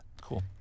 Cool